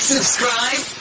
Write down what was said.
Subscribe